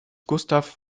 gustav